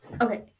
okay